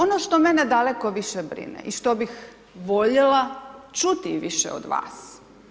Ono što mene daleko više brine i što bih voljela čuti više od vas.